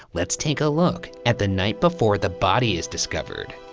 let's take a look at the night before the body is discovered.